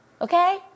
Okay